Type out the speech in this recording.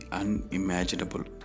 unimaginable